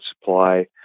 supply